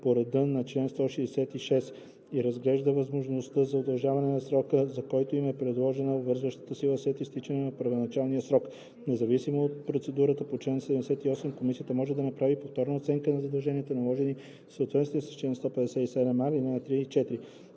по реда на чл. 166, и разглежда възможността за удължаване на срока, за който им е придадена обвързваща сила след изтичането на първоначалния срок. Независимо от процедурата по чл. 78, комисията може да направи повторна оценка на задълженията, наложени в съответствие с чл. 157а, ал. 3 и 4.